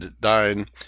dine